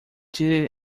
did